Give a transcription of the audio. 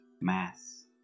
Mass